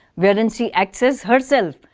wherein she acts as herself,